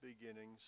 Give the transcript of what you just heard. beginnings